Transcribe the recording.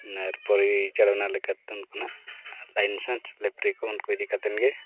ᱟᱨ ᱯᱚᱨᱤᱪᱟᱞᱚᱱᱟ ᱞᱮᱠᱟᱛᱮ ᱩᱱᱠᱤᱱᱟᱜ ᱞᱟᱭᱥᱮᱱᱥ ᱨᱮᱯᱷᱟᱨᱤ ᱩᱱᱠᱩ ᱤᱫᱤ ᱠᱟᱛᱮᱫ ᱜᱮ